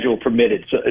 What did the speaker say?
permitted